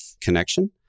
connection